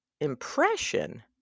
impression